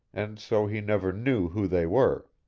and so he never knew who they were.